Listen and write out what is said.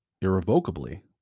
irrevocably